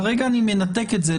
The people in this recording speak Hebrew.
כרגע אני מנתק את זה,